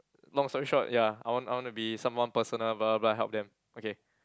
long story short ya I want I want to be someone personable but I help them okay